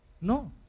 No